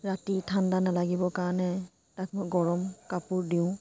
ৰাতি ঠাণ্ডা নালাগিব কাৰণে তাক মই গৰম কাপোৰ দিওঁ